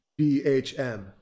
BHM